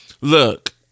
look